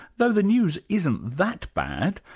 though the news isn't that bad,